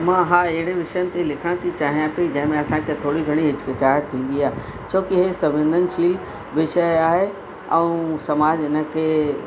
मां हा अहिड़े विषयनि ते लिखण थी चाहियां पई जंहिंमें असांखे थरी घणी हिचकिचाहट थींदी आहे छो कि हे संवेदनशील विषय आहे ऐं समाज इन खे